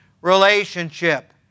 relationship